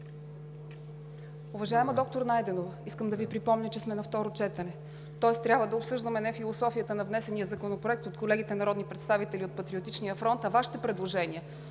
Уважаема доктор Найденова, искам да Ви припомня, че сме на второ четене, тоест трябва да обсъждаме не философията на внесения Законопроект от колегите народни представители от „Патриотичния фронт“, а Вашите предложения,